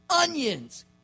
onions